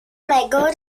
mego